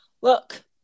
look